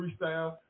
freestyle